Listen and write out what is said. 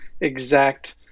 exact